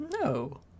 No